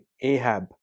Ahab